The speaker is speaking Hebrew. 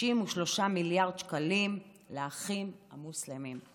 53 מיליארד שקלים לאחים המוסלמים.